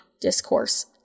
discourse